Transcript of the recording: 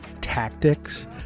tactics